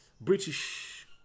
British